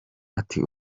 ati